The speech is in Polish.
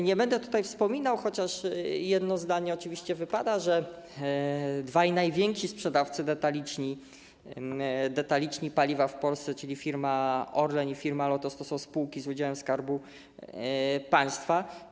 Nie będę tutaj wspominał - chociaż jedno zdanie oczywiście wypada powiedzieć - że dwaj najwięksi sprzedawcy detaliczni paliwa w Polsce, czyli firma Orlen i firma Lotos, to są spółki z udziałem Skarbu Państwa.